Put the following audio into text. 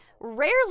rarely